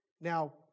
Now